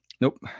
Nope